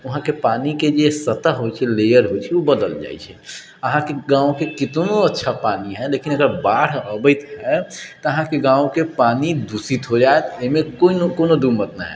वहाँके पानिके जे सतह होइ छै लेयर होइ छै ओ बदलि जाइ छै अहाँके गाँवके कतनो अच्छा पानि हइ लेकिन अगर बाढ़ि अबैत हइ तऽ अहाँके गाँवके पानि दूषित हो जाइत एहिमे कोनो दू मत नहि हइ